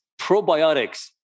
probiotics